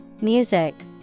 music